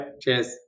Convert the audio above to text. Cheers